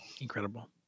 Incredible